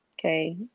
Okay